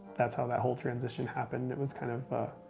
that's how that whole transition happened. it was kind of a